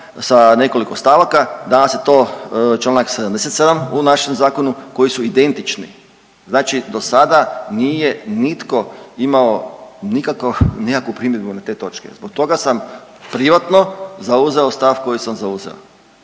sa nekoliko stavaka, danas je to čl. 77. u našem zakonu koji su identični, znači dosada nije nitko imao nikakav, nekakvu primjedbu na te točke, zbog toga sam privatno zauzeo stav koji sam zauzeo